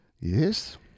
Yes